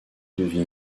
devine